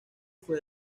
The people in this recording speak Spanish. fue